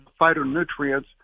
phytonutrients